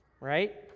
right